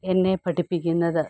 എന്നെ പഠിപ്പിക്കുന്നത്